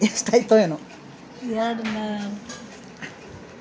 ಎಷ್ಟೈತೊ ಏನೋ ಎರಡನ್ನು